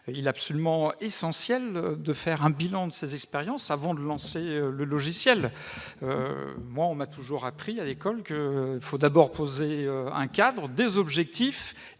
il est absolument essentiel de faire un bilan de ces expériences avant de concevoir le logiciel. À l'école, on m'a toujours appris qu'il fallait d'abord poser un cadre, fixer des objectifs,